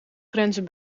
grenzen